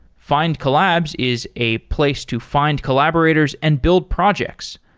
findcollabs is a place to find collaborators and build projects.